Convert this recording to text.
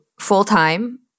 full-time